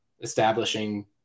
establishing